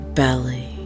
belly